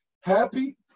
happy